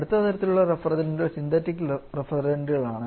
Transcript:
അടുത്ത തരത്തിലുള്ള റഫ്രിജറന്റുകൾ സിന്തറ്റിക് റഫ്രിജറന്റുകളാണ്